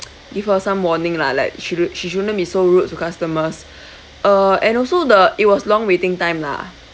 give her some warning lah like sho~ she shouldn't be so rude to customers uh and also the it was long waiting time lah